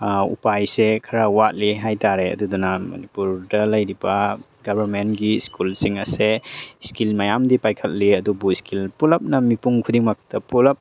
ꯎꯄꯥꯏꯁꯦ ꯈꯔ ꯋꯥꯠꯂꯤ ꯍꯥꯏꯇꯥꯔꯦ ꯑꯗꯨꯗꯨꯅ ꯃꯅꯤꯄꯨꯔꯗ ꯂꯩꯔꯤꯕ ꯒꯣꯔꯃꯦꯟꯒꯤ ꯁ꯭ꯀꯨꯜꯁꯤꯡ ꯑꯁꯦ ꯏꯁꯀꯤꯜ ꯃꯌꯥꯝꯗꯤ ꯄꯥꯏꯈꯠꯂꯤ ꯑꯗꯨꯕꯨ ꯏꯁꯀꯤꯜ ꯄꯨꯂꯞꯅ ꯃꯤꯄꯨꯝ ꯈꯨꯗꯤꯡꯃꯛꯇ ꯄꯨꯂꯞ